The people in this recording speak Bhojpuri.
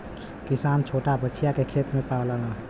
किसान छोटा बछिया के खेत में पाललन